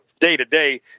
day-to-day